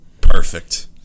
Perfect